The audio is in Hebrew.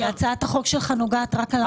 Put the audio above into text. כי הצעת החוק שלך נוגעת רק למשכנתאות.